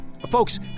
folks